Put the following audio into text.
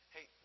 Hey